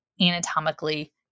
anatomically